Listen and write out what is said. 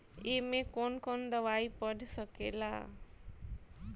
ए में कौन कौन दवाई पढ़ सके ला?